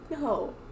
No